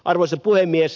arvoisa puhemies